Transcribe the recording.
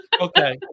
Okay